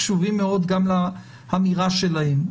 קשובים מאוד גם לאמירה שלהם,